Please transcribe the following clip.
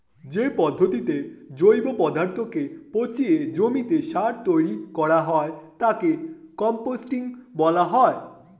যে পদ্ধতিতে জৈব পদার্থকে পচিয়ে জমিতে সার তৈরি করা হয় তাকে কম্পোস্টিং বলা হয়